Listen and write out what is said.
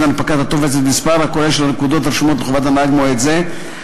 הנפקת הטופס ואת המספר הכולל של הנקודות הרשומות לחובת הנהג במועד זה,